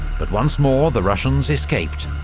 but once more the russians escaped,